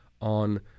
on